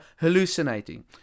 hallucinating